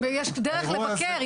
יש דרך לבקר.